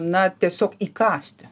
na tiesiog įkąsti